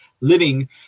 Living